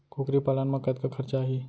कुकरी पालन म कतका खरचा आही?